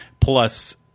plus